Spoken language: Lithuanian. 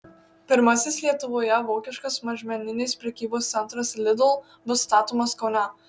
pirmasis lietuvoje vokiškas mažmeninės prekybos centras lidl bus statomas kaune